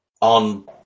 on